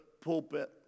pulpit